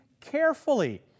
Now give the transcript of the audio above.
carefully